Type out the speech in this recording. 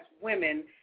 women